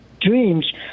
dreams